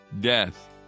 death